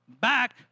back